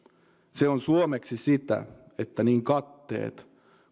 se on suomeksi sitä että niin katteet